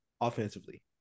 offensively